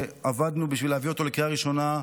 שעבדנו בשביל להביא אותו לקריאה ראשונה,